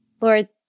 Lord